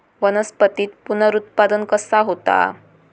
वनस्पतीत पुनरुत्पादन कसा होता?